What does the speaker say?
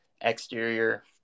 exterior